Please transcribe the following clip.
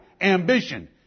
ambition